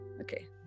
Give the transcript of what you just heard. okay